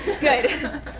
Good